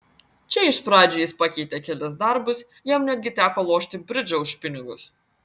čia iš pradžių jis pakeitė kelis darbus jam netgi teko lošti bridžą už pinigus